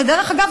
ודרך אגב,